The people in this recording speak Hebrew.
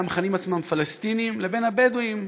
המכנים עצמם פלסטינים לבין הבדואים,